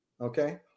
okay